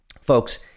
Folks